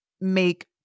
make